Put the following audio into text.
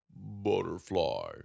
butterfly